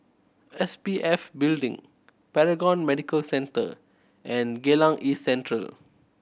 S P F Building Paragon Medical Centre and Geylang East Central